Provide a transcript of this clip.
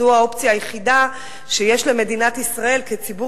זו האופציה היחידה שיש למדינת ישראל כציבור